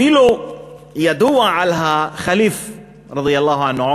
אפילו ידוע על (אומר בערבית: שיישא חסד